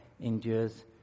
endures